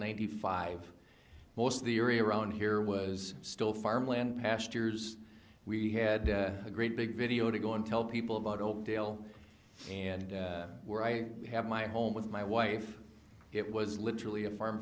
ninety five most of the area around here was still farmland pastures we had a great big video to go and tell people about old dale and where i have my home with my wife it was literally a farm